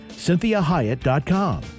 CynthiaHyatt.com